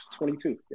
22